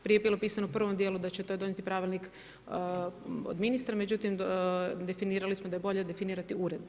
Prije je bilo pisano u prvom djelu da će to donijeti Pravilnik od ministra, međutim definirali smo da je bolje definirati uredbom.